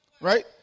Right